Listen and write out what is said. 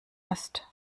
ist